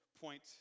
point